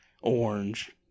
orange